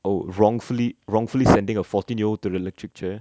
oh wrongfully wrongfully sending a fourteen year old to the electric chair